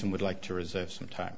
and would like to reserve some time